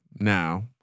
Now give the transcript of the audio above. now